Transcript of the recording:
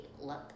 Look